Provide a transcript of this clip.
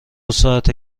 ساعته